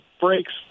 brakes